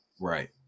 right